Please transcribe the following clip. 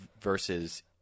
versus